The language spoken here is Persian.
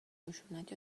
خشونت